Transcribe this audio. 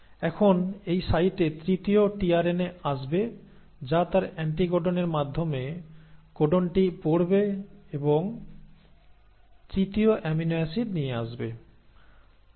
এখন এই সাইটে তৃতীয় টিআরএনএ আসবে যা তার অ্যান্টিকোডনের মাধ্যমে কোডনটি পড়বে এবং তৃতীয় অ্যামিনো অ্যাসিড নিয়ে আসবে